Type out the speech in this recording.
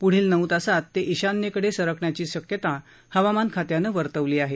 प्ढील नऊ तासांत ते ईशान्येकडे सरकण्याची शक्यता हवामानखात्यानं वर्तवली आहे